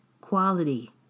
quality